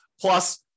Plus